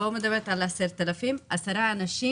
אני לא מדברת על 10,000 אנשים,